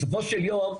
בסופו של יום,